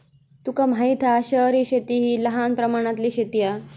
तुका माहित हा शहरी शेती हि लहान प्रमाणातली शेती हा